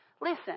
Listen